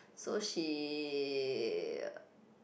so she